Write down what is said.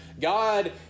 God